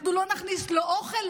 אנחנו לא נכניס לו לא אוכל,